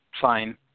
fine